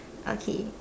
okay